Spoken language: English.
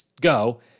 go